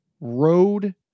road